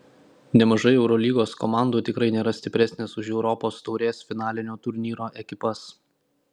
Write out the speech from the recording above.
nemažai eurolygos komandų tikrai nėra stipresnės už europos taurės finalinio turnyro ekipas